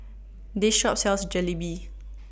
This Shop sells Jalebi